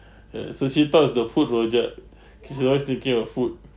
uh so she thought it's the food rojak cause she's always thinking of food